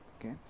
okay